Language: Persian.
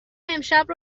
امشب